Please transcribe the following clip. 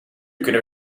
kunnen